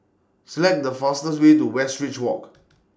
Select The fastest Way to Westridge Walk